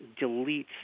deletes